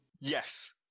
Yes